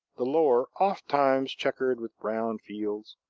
the lower ofttimes checkered with brown fields,